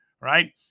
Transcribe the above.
right